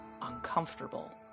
uncomfortable